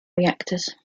reactors